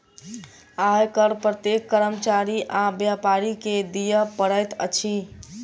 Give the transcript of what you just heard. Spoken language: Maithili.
आय कर प्रत्येक कर्मचारी आ व्यापारी के दिअ पड़ैत अछि